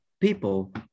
people